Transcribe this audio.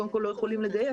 קודם כל, לא יכולים לגייס.